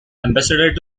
ambassador